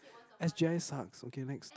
S_G_I sucks okay next